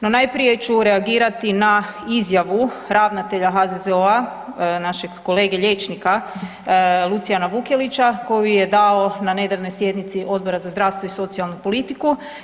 No, najprije ću reagirati na izjavu ravnatelja HZZO-a, našeg kolege liječnika Lucijana Vukelića koju je dao na nedavnoj sjednici Odbora za zdravstvo i socijalnu politiku.